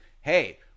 Hey